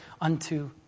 unto